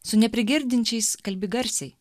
su neprigirdinčiais kalbi garsiai